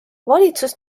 valitsus